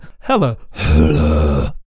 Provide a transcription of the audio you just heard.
Hello